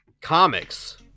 Comics